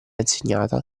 insegnata